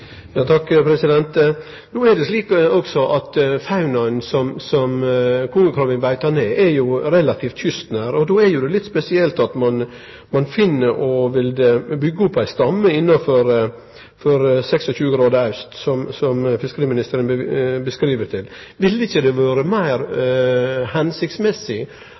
No er det slik at faunaen som kongekrabben beiter ned, er relativt kystnær. Då blir det litt spesielt at ein finn å ville byggje opp ei stamme innanfor 26° aust, som fiskeriministeren seier. Ville det ikkje ha vore meir